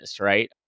right